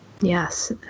Yes